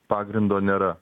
pagrindo nėra